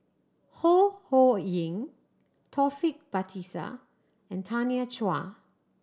Ho Ho Ying Taufik Batisah and Tanya Chua